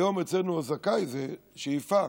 היום אצלנו זכאי זו שאיפה,